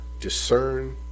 discern